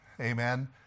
Amen